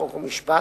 חוק ומשפט,